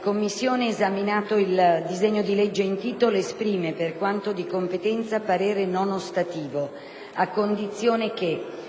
Commissione permanente, esaminato il disegno di legge in titolo, esprime, per quanto di competenza, parere non ostativo, a condizione che: